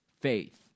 faith